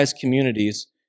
communities